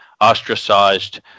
ostracized